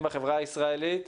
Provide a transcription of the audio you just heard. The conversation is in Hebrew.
אני חושב שבדיוק אותו דבר,